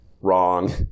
wrong